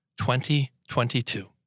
2022